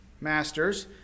masters